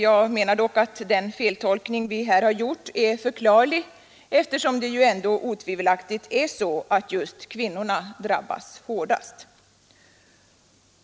Jag menar dock att den feltolkning vi gjort är förklarlig, eftersom det ju ändå otvivelaktigt är så att just kvinnorna drabbas hårdast.